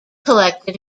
collected